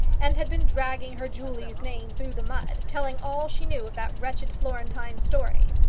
and had been dragging her julie's name through the mud, telling all she knew of that wretched florentine story.